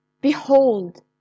behold